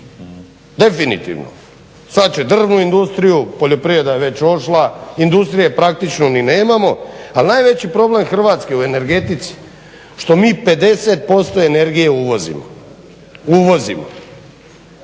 definitivno. Sad će drvnu industriju, poljoprivreda je već otišla, industrije praktično ni nemamo ali najveći problem Hrvatske u energetici je što mi 50% energije uvozimo a imamo